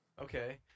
okay